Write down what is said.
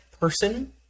person